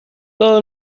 todo